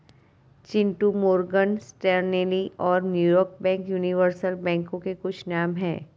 Chintu Morgan Stanley और New York bank universal बैंकों के कुछ नाम है